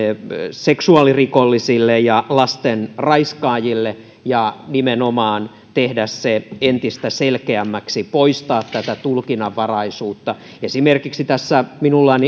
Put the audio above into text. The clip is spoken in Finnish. seksuaalirikollisille ja lasten raiskaajille ja nimenomaan tehdä laki entistä selkeämmäksi poistaa tätä tulkinnanvaraisuutta tässä minulla on